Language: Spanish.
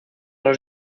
los